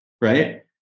Right